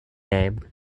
name